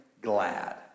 glad